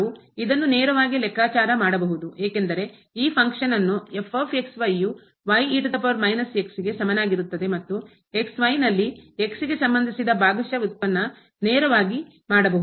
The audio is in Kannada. ನಾವು ಇದನ್ನು ನೇರವಾಗಿ ಲೆಕ್ಕಾಚಾರ ಮಾಡಬಹುದು ಏಕೆಂದರೆ ಈ ಫಂಕ್ಷನ್ ಕಾರ್ಯ ವನ್ನು ಯು ಗೆ ಸಮನಾಗಿರುತ್ತದೆ ಮತ್ತು ನಲ್ಲಿ ಗೆ ಸಂಬಂಧಿಸಿದ ಭಾಗಶಃ ವ್ಯುತ್ಪನ್ನ ನೇರವಾಗಿ ಮಾಡಬಹುದು